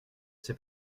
sais